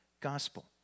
gospel